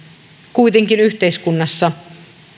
kuitenkin yhteiskunnassa